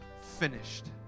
finished